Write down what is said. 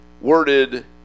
worded